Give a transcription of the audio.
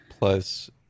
plus